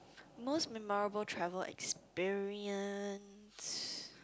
most memorable travel experience